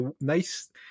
nice